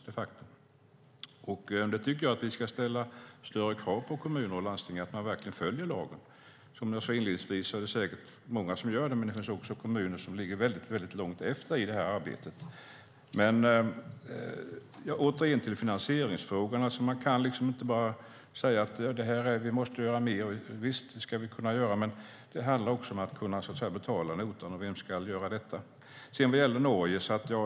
Jag tycker att vi ska ställa större krav på kommuner och landsting att de verkligen följer lagen. Som jag sade inledningsvis är det säkert många som gör det. Men det finns också kommuner som ligger långt efter i detta arbete. Återigen till finansieringsfrågorna. Man kan inte bara säga att vi måste göra mer. Visst ska vi göra det. Men det handlar också om att kunna betala notan, och vem ska göra det?